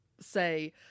say